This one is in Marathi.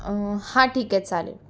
हा ठीक आहे चालेल